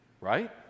right